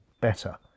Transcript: better